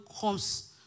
comes